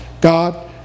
God